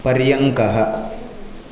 पर्यङ्कः